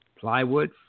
plywood